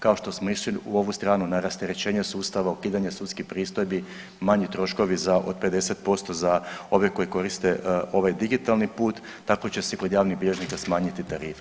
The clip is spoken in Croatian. Kao što smo išli u ovu stranu na rasterećenje sustava, ukidanja sudskih pristojbi, manji troškovi za, od 50%, za ove koji koriste ovaj digitalni put, tako će se i kod javnih bilježnika smanjiti tarife.